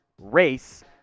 race